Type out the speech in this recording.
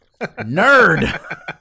Nerd